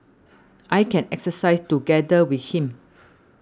I can exercise together with him